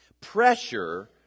Pressure